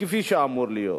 כפי שאמור להיות.